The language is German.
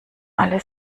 alle